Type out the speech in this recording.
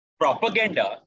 propaganda